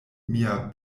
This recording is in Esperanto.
mia